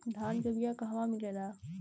धान के बिया कहवा मिलेला?